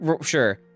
Sure